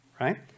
right